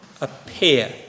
appear